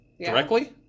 directly